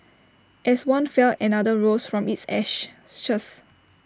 as one fell another rose from its ashes